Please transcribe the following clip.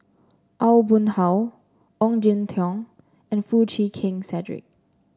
Aw Boon Haw Ong Jin Teong and Foo Chee Keng Cedric